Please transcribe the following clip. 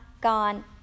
gone